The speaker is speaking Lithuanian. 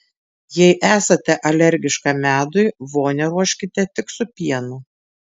jei esate alergiška medui vonią ruoškite tik su pienu